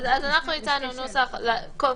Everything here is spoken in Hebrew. קודם כל